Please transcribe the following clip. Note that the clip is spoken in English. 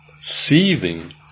seething